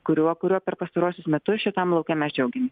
kuriuo kuriuo per pastaruosius metus šitam lauke mes džiaugiamės